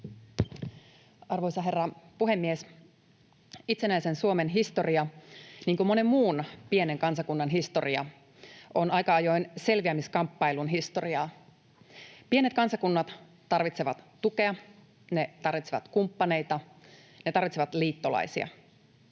Arvoisa herra puhemies! Itsenäisen Suomen historia — niin kuin monen muun pienen kansakunnan historia — on aika ajoin selviämiskamppailun historiaa. Pienet kansakunnat tarvitsevat tukea, ne tarvitsevat kumppaneita, ne tarvitsevat liittolaisia.